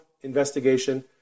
investigation